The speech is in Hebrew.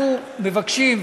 אנחנו מבקשים,